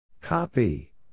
Copy